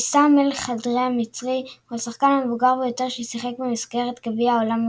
עיסאם אל-חדרי המצרי הוא השחקן המבוגר ביותר ששיחק במסגרת גביע העולם,